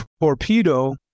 torpedo